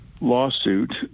lawsuit